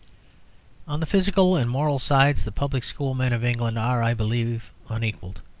on the physical and moral sides the public-school men of england are, i believe, unequalled.